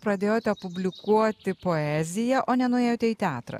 pradėjote publikuoti poeziją o nenuėjote į teatrą